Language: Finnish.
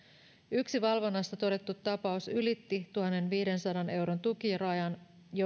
yksi valvonnassa todettu tapaus ylitti tuhannenviidensadan euron tukirajan